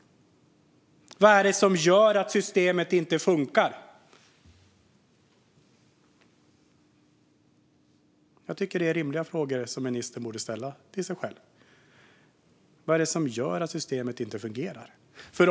Vad är det som gör att systemet inte funkar? Jag tycker att det är rimliga frågor som ministern borde ställa till sig själv. Vad är det som gör att systemet inte fungerar?